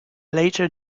later